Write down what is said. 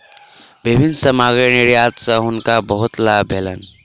विभिन्न सामग्री निर्यात सॅ हुनका बहुत लाभ भेलैन